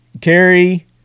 Carrie